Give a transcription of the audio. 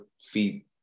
feed